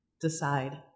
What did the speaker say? Decide